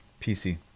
pc